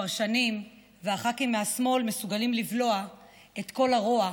הפרשנים והח"כים מהשמאל מסוגלים לבלוע את כל הרוע,